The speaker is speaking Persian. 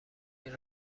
این